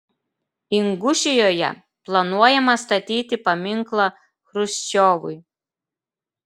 ingušijoje planuojama statyti paminklą chruščiovui